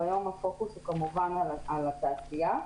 והיום הפוקוס הוא כמובן על התעשייה.